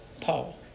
Paul